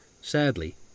Sadly